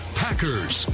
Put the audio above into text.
packers